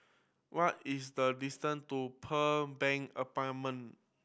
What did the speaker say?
what is the distance to Pearl Bank Apartment